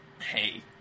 hey